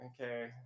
okay